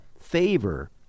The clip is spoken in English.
favor